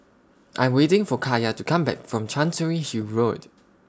I Am waiting For Kaiya to Come Back from Chancery Hill Road